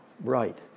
right